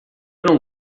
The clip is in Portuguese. não